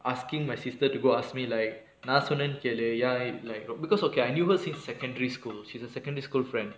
asking my sister to go ask me like நா சொன்னனு கேளு:naa sonnannu kelu ya it like because okay I knew her since secondary school she's a secondary school friend